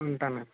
ఉంటానండి